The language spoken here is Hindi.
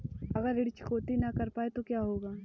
अगर ऋण चुकौती न कर पाए तो क्या होगा?